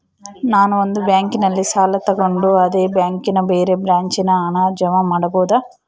ನಾನು ಒಂದು ಬ್ಯಾಂಕಿನಲ್ಲಿ ಸಾಲ ತಗೊಂಡು ಅದೇ ಬ್ಯಾಂಕಿನ ಬೇರೆ ಬ್ರಾಂಚಿನಲ್ಲಿ ಹಣ ಜಮಾ ಮಾಡಬೋದ?